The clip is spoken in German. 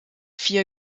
vier